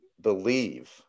believe